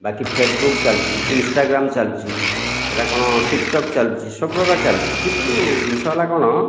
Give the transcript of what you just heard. ବାକି ଫେସବୁକ୍ ଚାଲୁଛି ଇନ୍ସଟାଗ୍ରାମ୍ ଚାଲୁଛି ସେଇଟା କ'ଣ ଟିକ୍ ଟକ୍ ଚାଲୁଛି ସବୁପ୍ରକାର ଚାଲୁଛି କିନ୍ତୁ ଜିନିଷ ହେଲା କ'ଣ